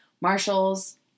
Marshall's